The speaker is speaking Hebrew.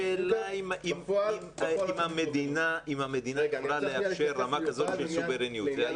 השאלה היא אם המדינה יכולה לאפשר רמה כזאת של סוברניות.